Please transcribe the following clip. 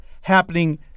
happening